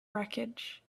wreckage